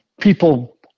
people